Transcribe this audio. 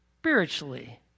spiritually